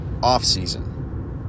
offseason